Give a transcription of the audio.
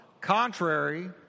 Contrary